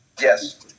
Yes